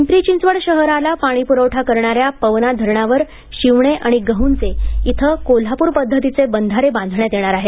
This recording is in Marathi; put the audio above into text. पिंपरी चिंचवड शहराला पाणीप्रवठा करणाऱ्या पवना धरणावर शिवणे आणि गहुंजे इथे कोल्हापूर पद्धतीचे बंधारे बांधण्यात येणार आहेत